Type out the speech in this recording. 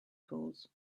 pools